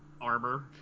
armor